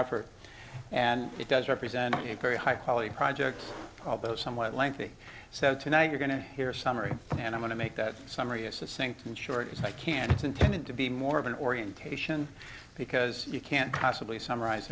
effort and it does represent a very high quality project although somewhat lengthy so tonight you're going to hear summary and i want to make that summary a sink in short if i can it's intended to be more of an orientation because you can't possibly summarize